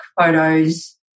photos